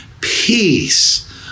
peace